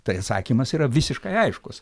tai atsakymas yra visiškai aiškus